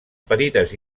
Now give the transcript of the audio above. petites